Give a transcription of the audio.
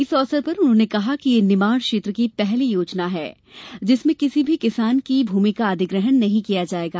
इस अवसर पर उन्होंने कहा कि यह निमाड क्षेत्र की पहली योजना है जिसमें किसी भी किसान की भुमि का अधिग्रहण नहीं किया जाएगा